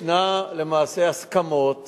ישנן למעשה הסכמות